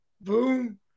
boom